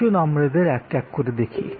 আসুন আমরা এদের এক এক করে দেখি